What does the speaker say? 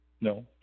No